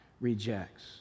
rejects